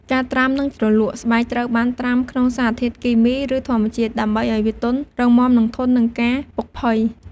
ការត្រាំ និងជ្រលក់ ស្បែកត្រូវបានត្រាំក្នុងសារធាតុគីមី ឬធម្មជាតិ ដើម្បីឲ្យវាទន់ រឹងមាំ និងធន់នឹងការពុកផុយ។